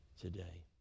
today